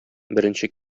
беренче